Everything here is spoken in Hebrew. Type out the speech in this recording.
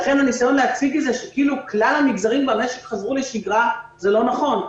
לכן הניסיון להציג כאילו כלל המגזרים במשק חזרו לשגרה הוא לא נכון.